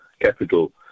capital